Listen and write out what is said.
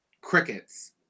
crickets